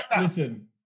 listen